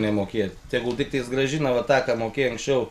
nemokėt tegul tik tais grąžina vat tą ką mokėjo anksčiau